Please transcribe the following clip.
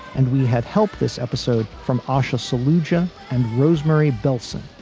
and we had help this episode from ahsha saluda and rosemary bellson.